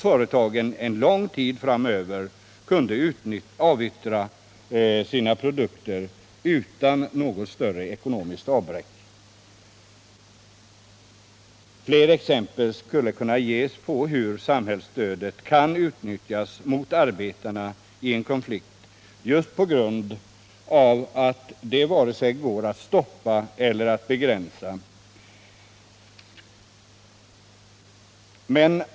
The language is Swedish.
Företagen kunde ju en lång tid framöver avyttra sina produkter utan något större ekonomiskt avbräck. Fler exempel skulle kunna ges på hur samhällsstödet kan utnyttjas mot arbetarna i en konflikt just på grund av att det inte går att vare sig stoppa eller begränsa.